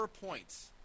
points